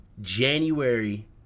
January